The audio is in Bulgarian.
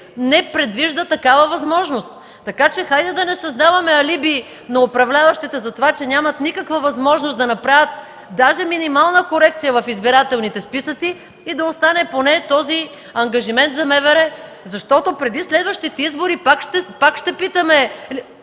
не предвижда такава възможност. Хайде да не създаваме алиби на управляващите, че нямат никаква възможност да направят даже минимална корекция в избирателните списъци, а да остане поне този ангажимент за МВР. Иначе преди следващите избори пак ще питаме